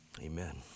Amen